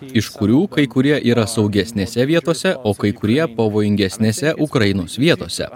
iš kurių kai kurie yra saugesnėse vietose o kai kurie pavojingesnėse ukrainos vietose